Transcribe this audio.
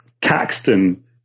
Caxton